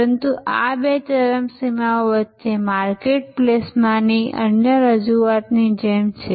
પરંતુ આ બે ચરમસીમાઓ વચ્ચે માર્કેટપ્લેસમાંની અન્ય રજૂઆતની જેમ છે